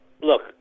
Look